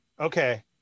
Okay